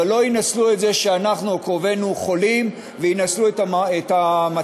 אבל לא ינצלו את זה שאנחנו או קרובינו חולים וינצלו את המצב